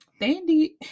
Dandy